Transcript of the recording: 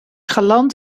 galant